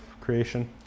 Creation